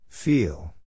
Feel